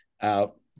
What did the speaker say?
out